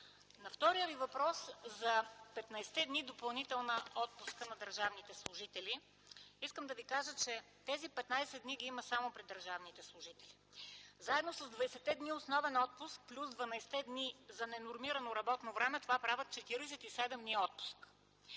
По втория Ви въпрос, за 15-те дни допълнителен отпуск на държавните служители, искам да кажа, че тези 15 дни ги има само при държавните служители. Заедно с 20-те дни основен отпуск плюс 12-те дни за ненормирано работно време, това правят 47 дни отпуск.